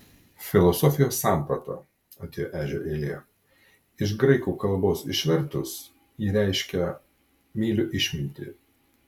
filosofijos samprata atėjo ežio eilė iš graikų kalbos išvertus ji reiškia myliu išmintį